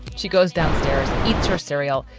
she goes downstairs, eats her cereal.